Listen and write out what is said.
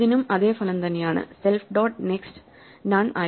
ഇതിനും അതെ ഫലം തന്നെയാണ് സെൽഫ് ഡോട്ട് നെക്സ്റ്റ്നൺ ആയിരിക്കണം